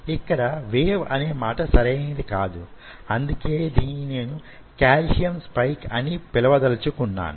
ఇక్కడ వేవ్ అనే మాట సరైనది కాదు అందుకే దీనిని నేను కాల్షియం స్పైక్ అని పిలవదలుచుకున్నాను